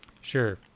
sure